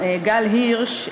גל הירש,